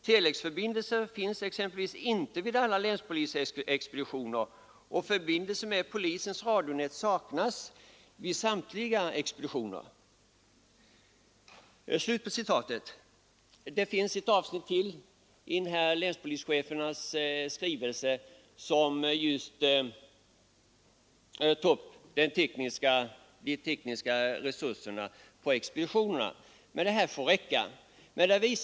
Telexförbindelse finns exemplevis inte vid alla länspolischefsexpeditioner och förbindelse med polisens radionät saknas vid samtliga expeditioner.” Det finns i denna skrivelse ytterligare ett avsnitt som handlar om de tekniska resurserna på expeditionerna, men det får räcka med det anförda.